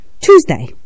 Tuesday